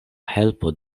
helpo